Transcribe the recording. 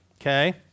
okay